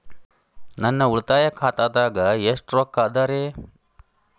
ನನ್ನ ಉಳಿತಾಯ ಖಾತಾದಾಗ ಎಷ್ಟ ರೊಕ್ಕ ಅದ ರೇ?